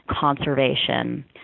conservation